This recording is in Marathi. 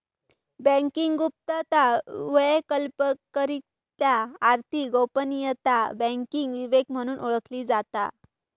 बँकिंग गुप्तता, वैकल्पिकरित्या आर्थिक गोपनीयता, बँकिंग विवेक म्हणून ओळखली जाता